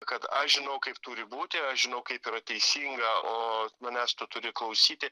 kad aš žinau kaip turi būti aš žinau kaip yra teisinga o manęs tu turi klausyti